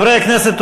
חברי הכנסת,